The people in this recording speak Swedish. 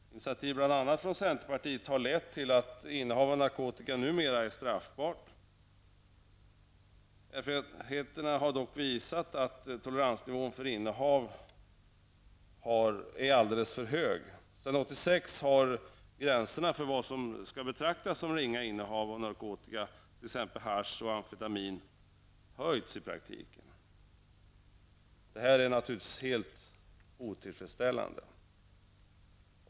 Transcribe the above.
Initiativ från bl.a. centerpartiet har lett till att innehav av narkotika numera är straffbart. Erfarenheterna har dock visat att toleransnivån för innehav är alldeles för hög. Sedan 1986 har gränserna för vad som skall betraktas som ringa innehav av narkotika, t.ex. hasch och amfetamin, i praktiken höjts. Det är naturligtvis helt otillfredsställande.